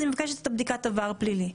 אז היא מבקשת בדיקת עבר פלילי.